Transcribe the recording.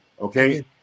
Okay